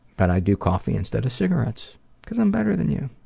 but i do coffee instead of cigarettes because i'm better than you.